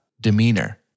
demeanor